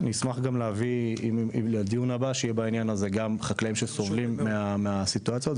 אני אשמח גם לדיון הבא להביא חקלאים שסובלים מהדבר הזה.